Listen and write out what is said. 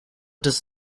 does